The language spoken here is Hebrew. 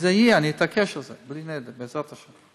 וזה יהיה, אני אתעקש על זה, בלי נדר, בעזרת השם.